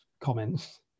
comments